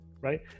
right